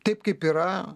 taip kaip yra